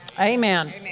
Amen